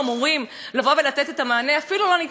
אפילו לא ניתנה רשות דיבור.